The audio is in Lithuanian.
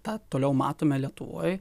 tą toliau matome lietuvoj